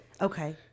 Okay